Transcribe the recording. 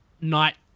night